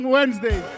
Wednesday